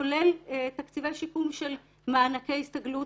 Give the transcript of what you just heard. כולל תקציבי שיקום של מענקי הסתגלות,